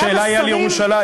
השאלה היא על ירושלים,